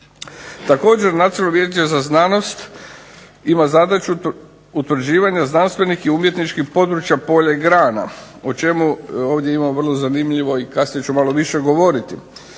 Također, Nacionalno vijeće za znanost ima zadaću utvrđivanju znanstvenih i umjetničkih područja polja i grana, o čemu imamo ovdje vrlo zanimljivo i kasnije ću malo više govoriti.